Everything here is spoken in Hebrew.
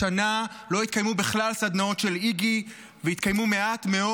השנה לא יתקיימו בכלל סדנאות של איגי ויתקיימו מעט מאוד,